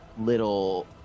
little